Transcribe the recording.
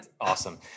awesome